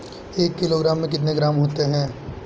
एक किलोग्राम में कितने ग्राम होते हैं?